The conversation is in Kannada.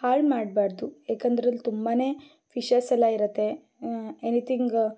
ಹಾಳು ಮಾಡಬಾರದು ಏಕೆಂದರೆ ಅಲ್ಲಿ ತುಂಬಾ ಫಿಶಸೆಲ್ಲ ಇರತ್ತೆ ಎನಿಥಿಂಗ್